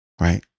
right